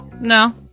No